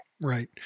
Right